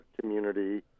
community